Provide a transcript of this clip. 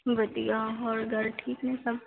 ਵਧੀਆ ਹੋਰ ਘਰ ਠੀਕ ਨੇ ਸਭ